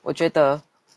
我觉得